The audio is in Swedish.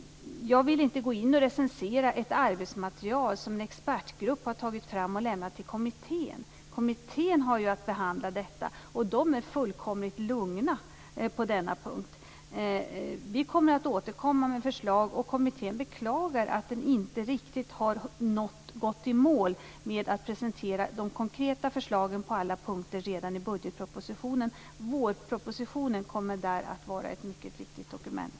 Jag vill inte gå in och recensera ett arbetsmaterial som en expertgrupp har tagit fram och lämnat till kommittén. Kommittén har ju att behandla detta. De är fullkomligt lugna på denna punkt. Vi kommer att återkomma med förslag. Kommittén beklagar att man inte riktigt har gått i mål med att presentera de konkreta förslagen på alla punkter redan i budgetpropositionen. Vårpropositionen kommer där att vara ett mycket viktigt dokument.